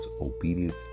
obedience